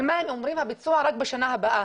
אבל הם אומרים שהביצוע רק בשנה הבאה.